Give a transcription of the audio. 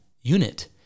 unit